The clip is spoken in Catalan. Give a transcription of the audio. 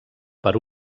per